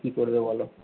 আর কি করবে বলো